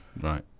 Right